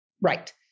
Right